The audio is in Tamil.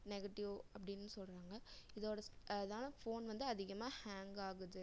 நெகட்டிவ் அப்டின்னு சொல்கிறாங்க இதோடய ஸ் அதனால் ஃபோன் வந்து அதிகமாக ஹேங் ஆகுது